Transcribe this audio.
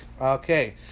Okay